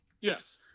yes